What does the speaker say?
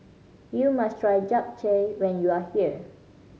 you must try Japchae when you are here